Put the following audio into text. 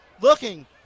looking